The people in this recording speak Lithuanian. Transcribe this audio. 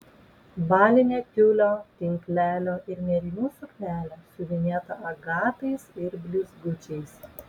balinė tiulio tinklelio ir nėrinių suknelė siuvinėta agatais ir blizgučiais